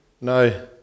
No